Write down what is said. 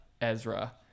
ezra